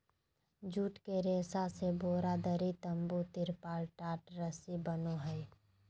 जुट के रेशा से बोरा, दरी, तम्बू, तिरपाल, टाट, रस्सी बनो हइ